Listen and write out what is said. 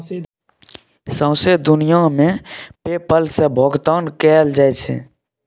सौंसे दुनियाँ मे पे पल सँ भोगतान कएल जाइ छै